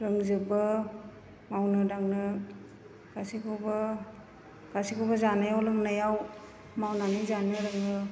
रोंजोबो मावनो दांनो गासैखौबो गासैखौबो जानायाव लोंनायाव मावनानै जानो रोङो